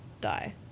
die